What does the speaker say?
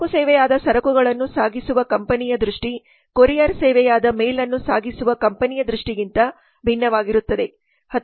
ಸರಕು ಸೇವೆಯಾದ ಸರಕುಗಳನ್ನು ಸಾಗಿಸುವ ಕಂಪನಿಯ ದೃಷ್ಟಿ ಕೊರಿಯರ್ ಸೇವೆಯಾದ ಮೇಲ್ ಅನ್ನು ಸಾಗಿಸುವ ಕಂಪನಿಯ ದೃಷ್ಟಿಗಿಂತ ಭಿನ್ನವಾಗಿರುತ್ತದೆ